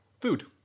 food